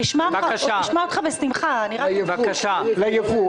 אשמע אותך בשמחה אבל אני מבקשת תשובה.